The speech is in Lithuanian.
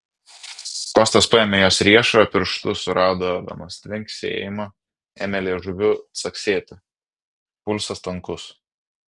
kostas paėmė jos riešą pirštu surado venos tvinksėjimą ėmė liežuviu caksėti pulsas tankus